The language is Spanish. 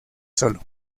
solo